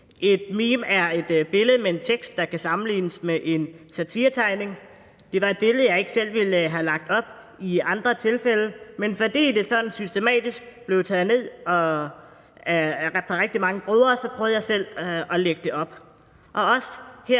Et meme er et billede med en tekst, der kan sammenlignes med en satiretegning. Det var et billede, jeg ikke selv ville have lagt op i andre tilfælde, men fordi det sådan systematisk blev taget ned for rigtig mange brugere, prøvede jeg selv at lægge det op.